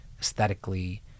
aesthetically